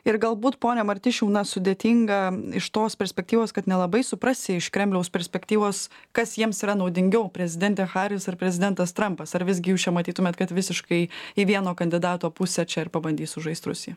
ir galbūt pone martišiau na sudėtinga iš tos perspektyvos kad nelabai suprasi iš kremliaus perspektyvos kas jiems yra naudingiau prezidentė haris ar prezidentas trampas ar visgi jūs čia matytumėt kad visiškai į vieno kandidato pusę čia ir pabandys sužaist rusija